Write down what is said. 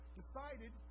decided